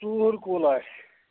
ژُوُہُر کُل آسہِ